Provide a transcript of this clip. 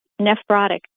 Nephrotic